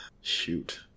shoot